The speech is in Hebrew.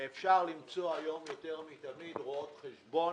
אפשר למצוא היום יותר מתמיד רואת חשבון